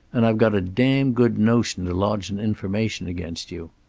and i've got a damned good notion to lodge an information against you.